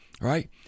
right